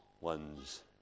one's